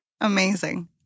Amazing